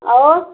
और